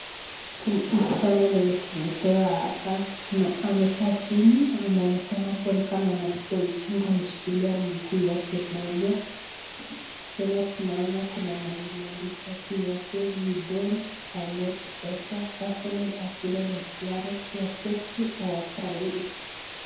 Msichana mwenye tumepewa hapa, amekaa chini anaonekana kuwa ni kama anaskia uchungu, ameshikilia mguu yake moja, tena tunaona kuna mahali imeandikwa juu yake WeDoIt AlotBetter Personal accident insurance, your safety our priority .